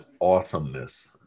awesomeness